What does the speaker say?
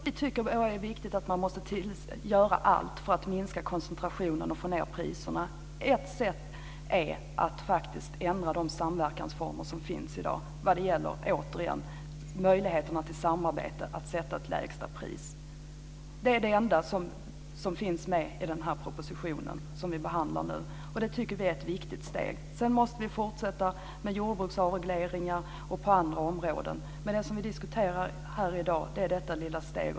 Herr talman! Vi tycker att det är viktigt att man gör allt för att minska koncentrationen och för att få ned priserna. Ett sätt är faktiskt att ändra de samverkansformer som finns i dag vad det gäller, återigen, möjligheterna till samarbete kring att sätta ett lägsta pris. Det är det enda som finns med i den här propositionen, som vi behandlar nu, och det tycker vi är ett viktigt steg. Sedan måste vi fortsätta med jordbruksavregleringar och på andra områden. Men det som vi diskuterar här i dag är detta lilla steg.